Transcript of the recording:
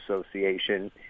Association